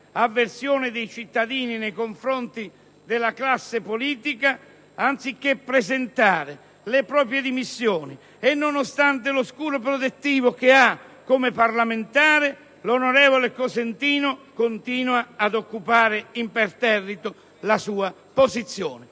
avversione dei cittadini nei confronti della classe politica, anziché presentare le proprie dimissioni e nonostante lo scudo protettivo che ha come parlamentare, l'onorevole Cosentino continua ad occupare imperterrito la sua postazione.